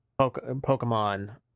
Pokemon